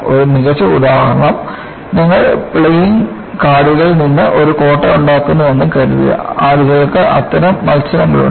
ഒരു മികച്ച ഉദാഹരണം നിങ്ങൾ പ്ലേയിംഗ് കാർഡുകളിൽ നിന്ന് ഒരു കോട്ട ഉണ്ടാക്കുന്നുവെന്ന് കരുതുക ആളുകൾക്ക് അത്തരം മത്സരങ്ങളുണ്ട്